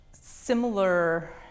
similar